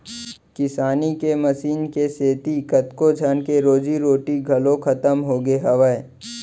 किसानी के मसीन के सेती कतको झन के रोजी रोटी घलौ खतम होगे हावय